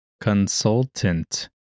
consultant